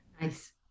Nice